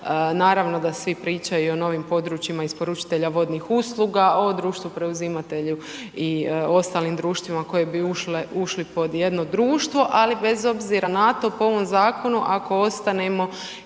naravno da svi pričaju o novim područjima isporučitelja vodnih usluga, o društvu preuzimatelju i ostalim društvima koji bi ušli pod jedno društvo, ali bez obzira na to, po ovom zakonu, ako ostanemo